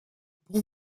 bon